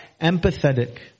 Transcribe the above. empathetic